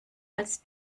als